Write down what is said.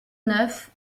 neuf